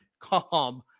calm